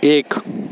एक